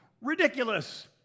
ridiculous